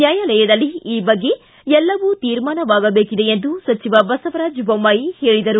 ನ್ಯಾಯಾಲಯದಲ್ಲಿ ಈ ಬಗ್ಗೆ ಎಲ್ಲವೂ ತೀರ್ಮಾನವಾಗಬೇಕಿದೆ ಎಂದು ಸಚಿವ ಬಸವರಾಜ್ ಬೊಮ್ಮಾಯಿ ಹೇಳಿದರು